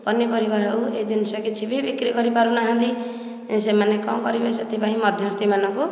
ପନିପରିବା ହେଉ ଏଇ ଜିନିଷ କିଛି ବି ବିକ୍ରି କରିପାରୁ ନାହାନ୍ତି ଏ ସେମାନେ କ'ଣ କରିବେ ସେଥିପାଇଁ ମଧ୍ୟସ୍ତି ମାନଙ୍କୁ